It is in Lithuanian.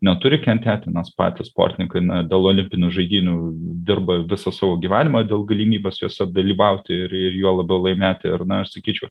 neturi kentėti nes patys sportininkai dėl olimpinių žaidynių dirba visą savo gyvenimą dėl galimybės jose dalyvauti ir ir juo labiau laimėti ir na aš sakyčiau